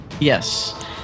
Yes